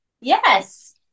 Yes